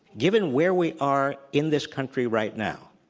given where we are in this country right now,